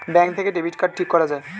bank থেকে debit card ঠিক করা যায়